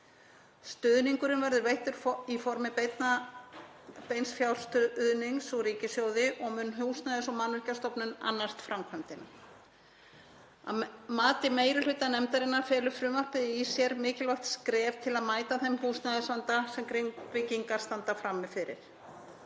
Stuðningurinn verður veittur í formi beins fjárstuðnings úr ríkissjóði og mun Húsnæðis- og mannvirkjastofnun annast framkvæmdina. Að mati meiri hluta nefndarinnar felur frumvarpið í sér mikilvægt skref til að mæta þeim húsnæðisvanda sem Grindvíkingar standa frammi fyrir.